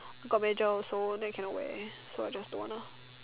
got major also then can not wear so I just don't want lah